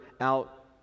out